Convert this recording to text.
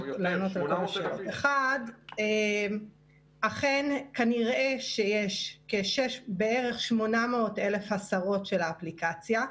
1. אכן כנראה שיש בערך 800 אלף הסרות של האפליקציה,